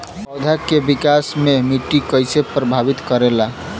पौधा के विकास मे मिट्टी कइसे प्रभावित करेला?